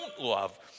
love